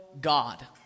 God